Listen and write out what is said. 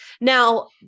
Now